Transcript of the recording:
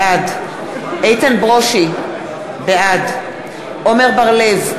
בעד איתן ברושי, בעד עמר בר-לב,